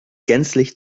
gänzlich